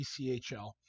ECHL